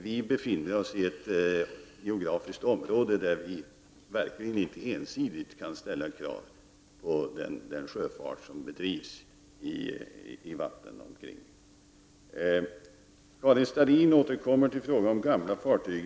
Vi befinner oss i ett geografiskt område där vi verkligen inte ensidigt kan ställa krav på den sjöfart som bedrivs i vattnen omkring oss. Karin Starrin återkommer till frågan om gamla fartyg.